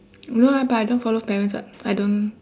no lah but I don't follow parents [what] I don't